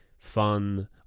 fun